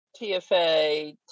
TFA